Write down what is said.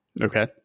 Okay